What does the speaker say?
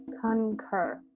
concur